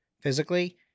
physically